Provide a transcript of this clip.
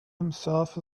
himself